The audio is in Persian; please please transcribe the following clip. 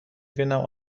بینم